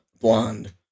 blonde